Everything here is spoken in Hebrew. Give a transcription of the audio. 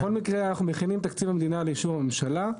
בכל מקרה אנחנו מכינים את תקציב המדינה לאישור הממשלה.